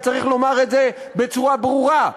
וצריך לומר את זה בצורה ברורה,